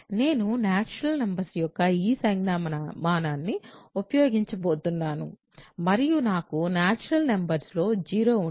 నేను natural numbers కోసం ఈ సంజ్ఞామానాన్ని ఉపయోగించబోతున్నాను మరియు నాకు నాచురల్ నెంబర్స్లో 0 ఉంటుంది